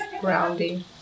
grounding